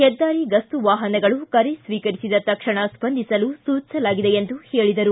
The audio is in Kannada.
ಹೆದ್ದಾರಿ ಗಸ್ತು ವಾಹನಗಳು ಕರೆ ಸ್ವೀಕರಿಸಿದ ತಕ್ಷಣ ಸ್ವಂದಿಸಲು ಸೂಚಿಸಲಾಗಿದೆ ಎಂದು ಹೇಳಿದರು